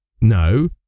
no